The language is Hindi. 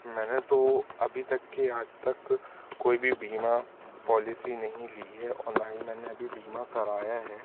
मैंने तो अभी तक की आज तक कोई भी बीमा पॉलिसी नहीं ली है और न ही मैंने अभी बीमा कराया है